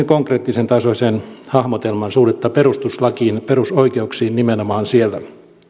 konkreettisen tasoisen hahmotelman suhdetta perustuslakiin perusoikeuksiin nimenomaan siellä